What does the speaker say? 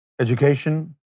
education